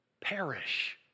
perish